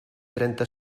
trenta